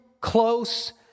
close